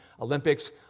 Olympics